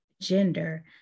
gender